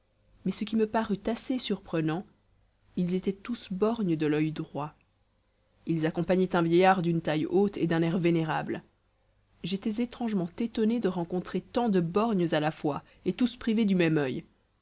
mais ce qui me parut assez surprenant ils étaient tous borgnes de l'oeil droit ils accompagnaient un vieillard d'une taille haute et d'un air vénérable j'étais étrangement étonné de rencontrer tant de borgnes à la fois et tous privés du même oeil